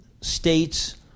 state's